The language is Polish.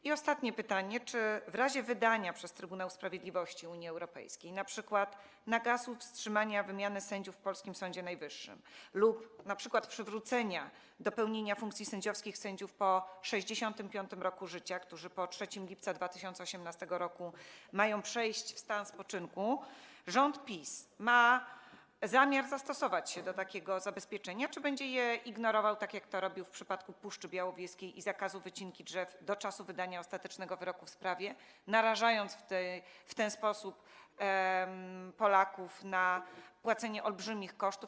I ostatnie pytanie: Czy w razie wydania przez Trybunał Sprawiedliwości Unii Europejskiej np. nakazu wstrzymania wymiany sędziów w polskim Sądzie Najwyższym lub przywrócenia do pełnienia funkcji sędziowskich sędziów po 65. roku życia, którzy po 3 lipca 2018 r. mają przejść w stan spoczynku, rząd PiS ma zamiar zastosować się do takiego zabezpieczenia czy będzie je ignorował, tak jak to robił w przypadku Puszczy Białowieskiej i zakazu wycinki drzew do czasu wydania ostatecznego wyroku w sprawie, narażając w ten sposób Polaków na poniesienie olbrzymich kosztów?